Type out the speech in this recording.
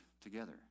together